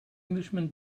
englishman